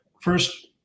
First